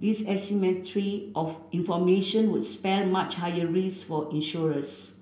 this asymmetry of information would spell much higher risk for insurers